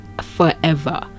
forever